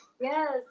Yes